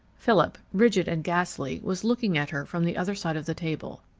philip, rigid and ghastly, was looking at her from the other side of the table.